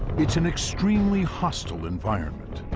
it's an extremely hostile environment.